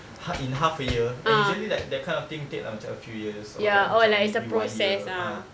hal~ in half a year and usually like that kind of thing take like macam a few years or like macam in one year ah